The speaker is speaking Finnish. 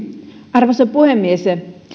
arvoisa puhemies